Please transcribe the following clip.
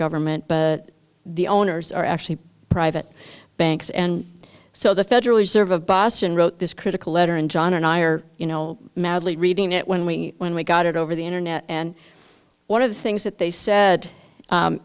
government but the owners are actually private banks and so the federal reserve of boston wrote this critical letter and john and i are you know madly reading it when we when we got it over the internet and one of the things that they said